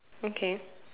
okay